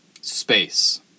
Space